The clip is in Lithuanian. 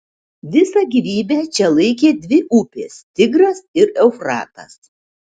visą gyvybę čia laikė dvi upės tigras ir eufratas